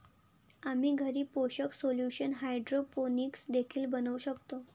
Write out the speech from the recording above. आम्ही घरी पोषक सोल्यूशन हायड्रोपोनिक्स देखील बनवू शकतो